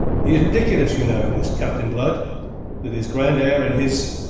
he is ridiculous, you know, this captain blood with his grand air and his.